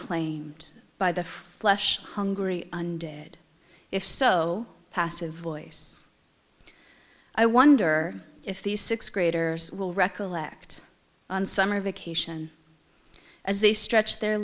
claimed by the flesh hungry undead if so passive voice i wonder if these sixth graders will recollect on summer vacation as they stretch their